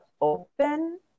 open